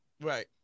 Right